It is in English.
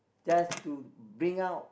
just to bring out